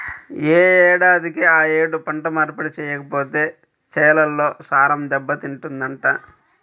యే ఏడాదికి ఆ యేడు పంట మార్పిడి చెయ్యకపోతే చేలల్లో సారం దెబ్బతింటదంట